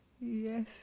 Yes